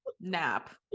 nap